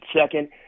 Second